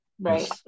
Right